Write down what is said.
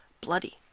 Bloody